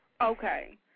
Okay